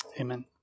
Amen